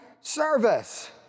service